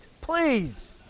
please